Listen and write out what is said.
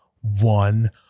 one